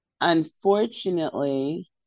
unfortunately